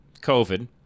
COVID